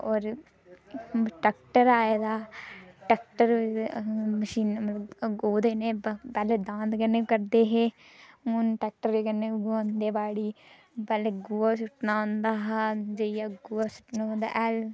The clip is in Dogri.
होर ट्रैक्टर आए दा ट्रैक्टर मशीनां ओहदे कन्नै पैह्लें दांद कन्नै करदे हे हून ट्रैक्टरे कन्नै बी बुहांदे बाड़ी पैह्लें गोहा सु'ट्टना होंदा तां जेइयै गोहा सु'ट्टने कन्नै हैल